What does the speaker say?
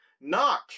Knock